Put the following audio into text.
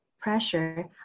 pressure